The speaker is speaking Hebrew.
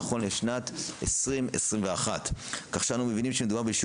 זה נכון לשנת 2021. כך שאנו מבינים שמדובר בשיעור